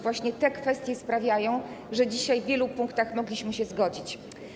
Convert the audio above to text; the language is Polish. Właśnie te kwestie sprawiają, że dzisiaj w wielu punktach mogliśmy się zgodzić.